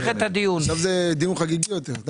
עכשיו זה דיון חגיגי יותר.